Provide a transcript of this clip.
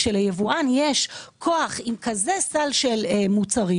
כשליבואן יש כזה סל של מוצרים